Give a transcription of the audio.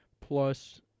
plus